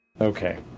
Okay